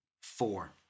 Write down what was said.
Four